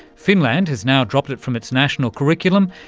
finland has now dropped it from its national curriculum.